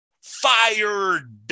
fired